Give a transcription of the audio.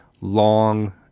long